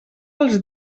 els